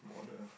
wallet ah